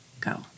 go